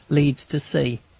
leads to c.